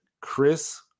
chris